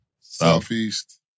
Southeast